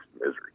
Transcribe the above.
misery